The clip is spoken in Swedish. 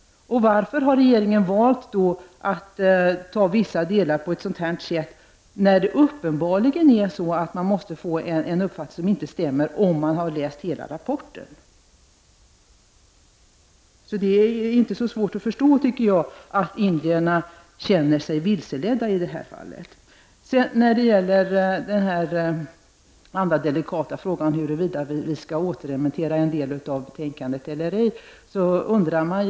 Och varför har regeringen valt att behandla vissa delar på det här sättet? Uppenbarligen får man uppfattningen att det inte stämmer om man läser hela rapporten. Jag tycker att det inte är särskilt svårt att förstå att indierna känner sig vilseledda i det här fallet. Så till den andra delikata frågan, dvs. frågan om huruvida en del av betänkandet skall återremitteras eller ej.